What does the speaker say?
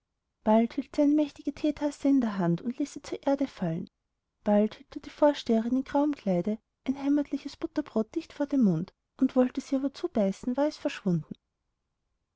bald hielt sie eine mächtige theetasse in der hand und ließ sie zur erde fallen bald hielt ihr die vorsteherin im grauen kleide ein heimatliches butterbrot dicht vor den mund wollte sie aber zubeißen war es verschwunden